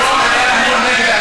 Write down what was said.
היום היה דיון נגד אלימות.